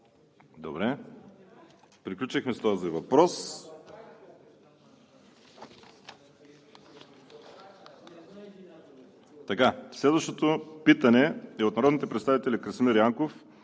Добре. Приключихме с този въпрос. Следващото питане е от народните представители Красимир Янков,